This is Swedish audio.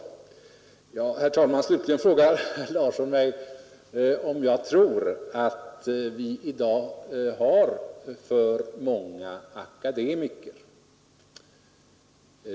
Herr talman! Herr Larsson frågade också om jag tror att vi i dag har för många akademiker.